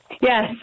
Yes